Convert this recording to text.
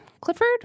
Clifford